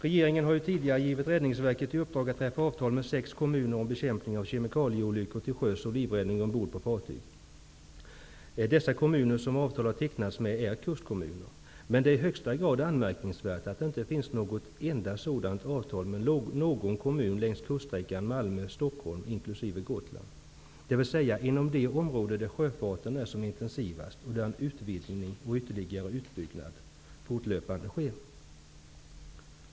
Regeringen har ju tidigare givit Räddningsverket i uppdrag att träffa avtal med sex kommuner om bekämpning av kemikalieolyckor till sjöss och livräddning ombord på fartyg. De kommuner som avtal har tecknats med är kustkommuner. Men det är i högsta grad anmärkningsvärt att det inte finns något enda sådant avtal med någon kommun längs kuststräckan Malmö--Stockholm, inkl. Gotland, dvs. inom det område där sjöfarten är som intensivast och där en utvidgning och ytterligare utbyggnad av trafiken sker fortlöpande.